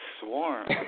Swarm